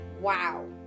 wow